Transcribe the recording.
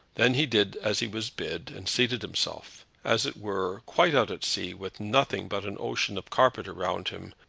then he did as he was bid, and seated himself, as it were, quite out at sea, with nothing but an ocean of carpet around him,